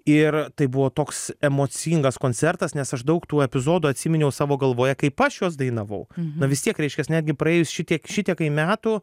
ir tai buvo toks emocingas koncertas nes aš daug tų epizodų atsiminiau savo galvoje kaip aš juos dainavau na vis tiek reiškias netgi praėjus šitiek šitiekai metų